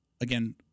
again